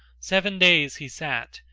seven days he sat,